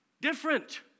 different